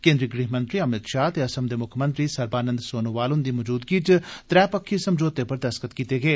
केन्द्री गृहमंत्री अभित शाह ते असम दे मुक्खमंत्री सर्बानंद सोनोवाल हुन्दी मौजूदगी च त्रै पक्खी समझौते पर दस्तखत कीते गे